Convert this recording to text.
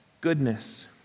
goodness